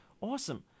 Awesome